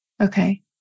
Okay